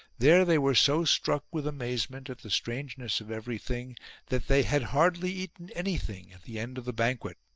there they were so struck with amaze ment at the strangeness of everything that they had hardly eaten anything at the end of the banquet.